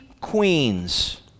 queens